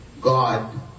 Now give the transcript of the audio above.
God